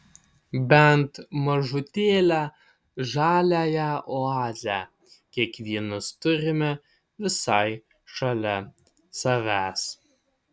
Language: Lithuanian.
bent mažutėlę žaliąją oazę kiekvienas turime visai šalia savęs